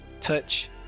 touch